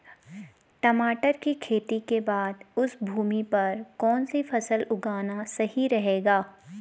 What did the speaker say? टमाटर की खेती के बाद उस भूमि पर कौन सी फसल उगाना सही रहेगा?